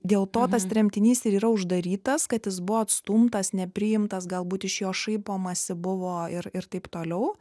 dėl to tas tremtinys ir yra uždarytas kad jis buvo atstumtas nepriimtas galbūt iš jo šaipomasi buvo ir ir taip toliau